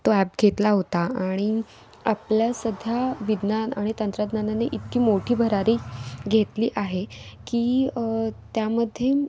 तो ॲप घेतला होता आणि आपल्या सध्या विज्ञान आणि तंत्रज्ञानानी इतकी मोठी भरारी घेतली आहे की त्यामध्ये